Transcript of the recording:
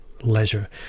leisure